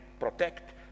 protect